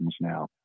now